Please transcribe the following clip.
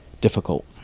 difficult